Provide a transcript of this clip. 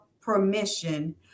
permission